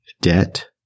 debt